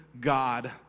God